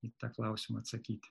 į tą klausimą atsakyti